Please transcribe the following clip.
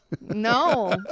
No